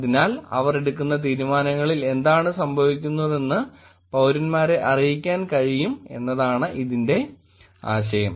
അതിനാൽ അവർ എടുക്കുന്ന തീരുമാനങ്ങളിൽ എന്താണ് സംഭവിക്കുന്നതെന്ന് പൌരന്മാരെ അറിയിക്കാൻ കഴിയും എന്നതാണ് ഇതിന്റെ ആശയം